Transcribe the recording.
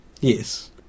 yes